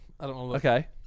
Okay